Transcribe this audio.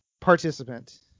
participant